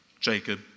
Jacob